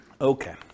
Okay